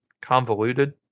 convoluted